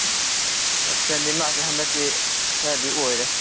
ꯑꯦꯕꯁꯦꯟꯗꯤ ꯃꯥꯁꯤ ꯍꯟꯗꯛꯇꯤ ꯈꯔꯗꯤ ꯑꯣꯏꯔꯦ